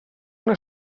una